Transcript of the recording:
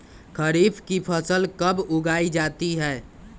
खरीफ की फसल कब उगाई जाती है?